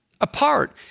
apart